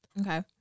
Okay